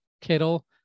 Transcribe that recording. Kittle